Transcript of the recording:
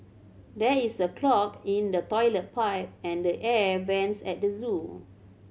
there is a clog in the toilet pipe and the air vents at the zoo